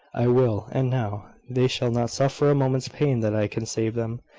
i will and now. they shall not suffer a moment's pain that i can save them.